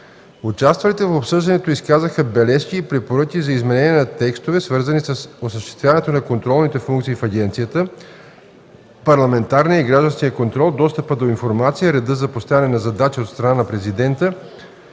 Участвалите в обсъждането изказаха бележки и препоръки за изменение на текстове, свързани с осъществяването на контролните функции в агенцията, парламентарния и гражданския контрол, достъпа до информация, реда за поставяне на задачи от страна на Президента,